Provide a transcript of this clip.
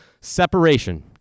Separation